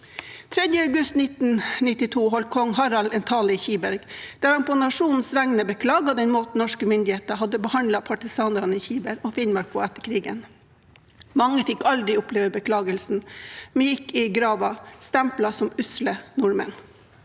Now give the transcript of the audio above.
3. august 1992 holdt kong Harald en tale i Kiberg, der han på nasjonens vegne beklaget den måten norske myndigheter hadde behandlet partisanene i Kiberg og Finnmark på etter krigen. Mange fikk aldri oppleve beklagelsen, men gikk i graven stemplet som usle nordmenn.